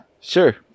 Sure